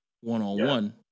one-on-one